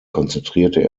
konzentrierte